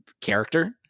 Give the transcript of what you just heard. character